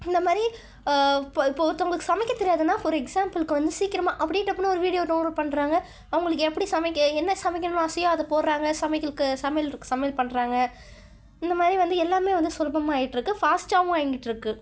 இந்த மாதிரி இப்போ இப்போ ஒருத்தங்களுக்கு சமைக்க தெரியாதுனால் ஒரு எக்ஸாபிளுக்கு வந்து சீக்கிரமாக அப்படியே டப்புன்னு ஒரு வீடியோவை டவுன்லோட் பண்ணுறாங்க அவங்களுக்கு எப்படி சமைக்க என்ன சமைக்கணுன்னு ஆசையோ அதை போடுகிறாங்க சமையலுக்கு சமையல் சமையல் பண்ணுறாங்க இந்த மாதிரி வந்து எல்லாமே வந்து சுலபமாக ஆகிட்ருக்கு ஃபாஸ்ட்டாகவும் இயங்கிட்டுருக்கு